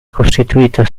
costituita